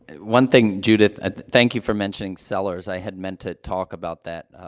and one thing, judith ah, thank you for mentioning sellers. i had meant to talk about that,